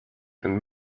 and